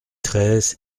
treize